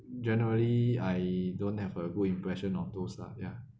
generally I don't have a good impression on those lah ya